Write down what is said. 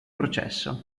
processo